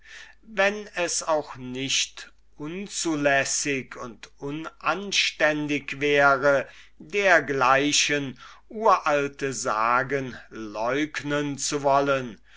wenn es auch nicht unzulässig und unanständig wäre dergleichen uralte sagen leugnen zu wollen